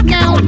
Now